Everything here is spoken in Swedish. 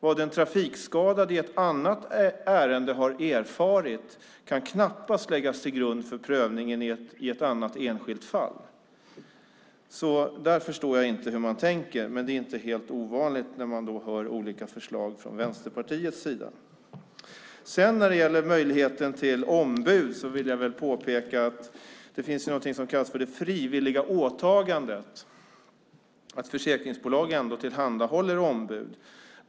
Vad den trafikskadade har erfarit i ett ärende kan knappast läggas till grund för prövningen i ett annat, enskilt fall. Där förstår jag alltså inte hur man tänker, men det är inte helt ovanligt när det gäller olika förslag från Vänsterpartiets sida. När det sedan gäller möjligheten till ombud vill jag påpeka att det finns något som kallas det frivilliga åtagandet, att försäkringsbolag ändå tillhandahåller ombud.